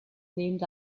named